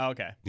Okay